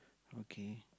okay